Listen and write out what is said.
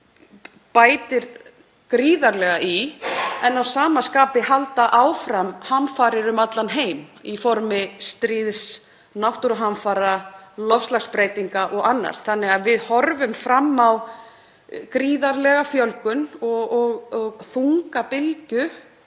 bætir gríðarlega í, eitt en að sama skapi halda áfram hamfarir um allan heim í formi stríðs, náttúruhamfara, loftslagsbreytinga og annars. Við horfum því fram á gríðarlega fjölgun og þunga bylgju